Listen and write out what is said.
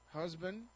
husband